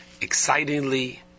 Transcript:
excitingly